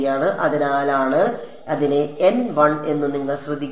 അതിനാൽ അതിനാലാണ് അതിന്റെ N 1 എന്ന് നിങ്ങൾ ശ്രദ്ധിക്കുന്നത്